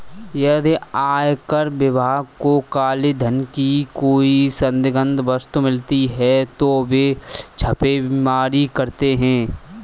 यदि आयकर विभाग को काले धन की कोई संदिग्ध वस्तु मिलती है तो वे छापेमारी करते हैं